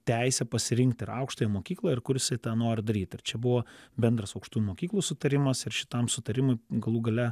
teisę pasirinkti ir aukštąją mokyklą ir kur jisai tą nori daryt ir čia buvo bendras aukštųjų mokyklų sutarimas ir šitam sutarimui galų gale